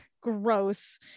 Gross